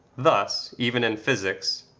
thus even in physics,